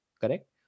correct